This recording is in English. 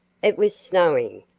it was snowing.